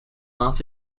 off